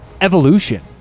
evolution